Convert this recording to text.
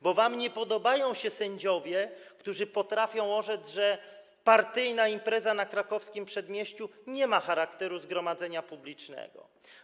Bo wam nie podobają się sędziowie, którzy potrafią orzec, że partyjna impreza na Krakowskim Przedmieściu nie ma charakteru zgromadzenia publicznego.